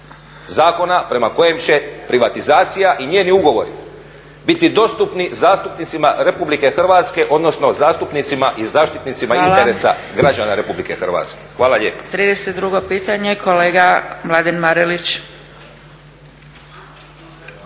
zakona prema kojem će privatizacija i njeni ugovori biti dostupni zastupnicima RH odnosno zastupnicima i zaštitnicima interesa građana RH? Hvala lijepa.